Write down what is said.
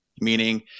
Meaning